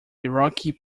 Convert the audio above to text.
iroquois